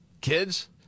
kids